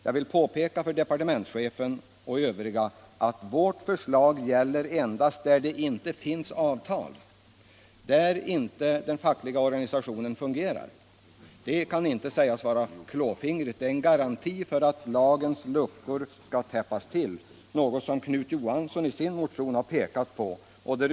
Jag vill påpeka för departementschefen och övriga att vårt förslag gäller endast där det inte finns avtal, där inte den fackliga organisationen fungerar. Det kan inte sägas vara klåfingrigt att rätta till detta. Det är en garanti för att lagens luckor enligt propositionen skall täppas till — något som herr Knut Johansson i sin motion har pekat på.